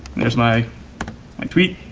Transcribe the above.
there's my my tweet.